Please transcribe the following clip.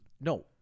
No